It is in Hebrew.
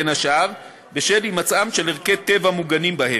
בין השאר בשל הימצאם של ערכי טבע מוגנים בהם.